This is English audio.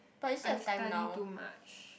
I study too much